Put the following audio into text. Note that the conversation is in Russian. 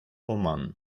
оман